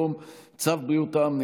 כן, בעד, חמישה, אין מתנגדים ואין נמנעים.